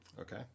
okay